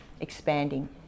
expanding